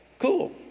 cool